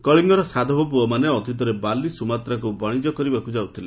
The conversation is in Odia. କଳିଙ୍ଗର ସାଧବପୁଅମାନେ ଅତୀତରେ ବାଲି ସୁମାତ୍ରାକୁ ବଶିକ କରିବାକୁ ଯାଉଥିଲେ